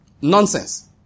Nonsense